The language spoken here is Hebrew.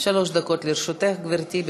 שלוש דקות לרשותך, גברתי.